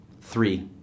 Three